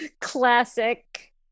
classic